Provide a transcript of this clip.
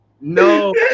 No